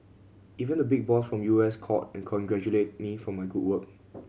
even the big boss from U S called and congratulated me for my good work